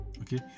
okay